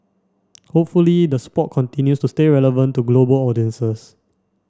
hopefully the sport continues to stay relevant to global audiences